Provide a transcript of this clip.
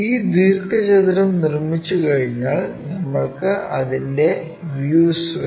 ഈ ദീർഘചതുരം നിർമ്മിച്ചുകഴിഞ്ഞാൽ നമ്മൾക്ക് അതിന്റെ വ്യൂസ് വേണം